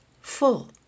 full